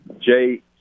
Jay